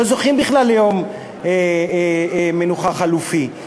לא זוכים בכלל ליום מנוחה חלופי.